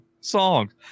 songs